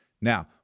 now